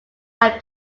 had